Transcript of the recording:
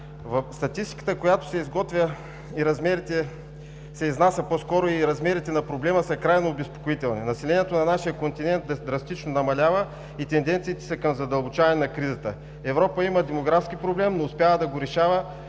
Статистиката, която се изготвя, се изнася по скоро, и размерите на проблема са крайно обезпокоителни. Населението на нашия континент драстично намалява и тенденциите са към задълбочаване на кризата. Европа има демографски проблем, но успява да го решава